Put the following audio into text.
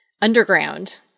Underground